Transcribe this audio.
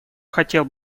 хотел